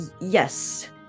yes